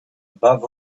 above